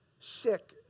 Sick